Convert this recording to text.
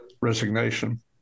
resignation